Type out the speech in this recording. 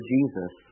Jesus